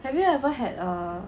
have you ever had a